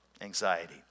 anxiety